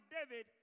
David